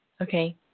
Okay